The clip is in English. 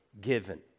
given